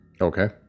Okay